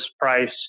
price